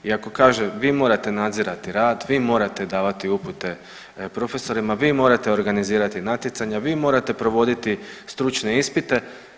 I ako kaže vi morate nadzirati rad, vi morate davati upute profesorima, vi morate organizirati natjecanja, vi morate provoditi stručne ispite.